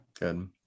Good